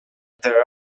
there